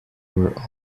were